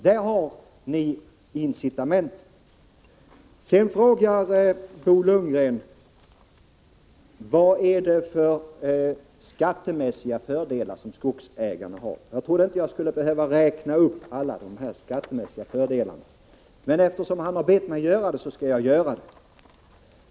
Där har ni incitamentet! Bo Lundgren frågar vad det är för skattemässiga fördelar som skogsägarna har. Jag trodde inte att jag skulle behöva räkna upp alla dessa, men eftersom Bo Lundgren har bett mig om det skall jag göra det.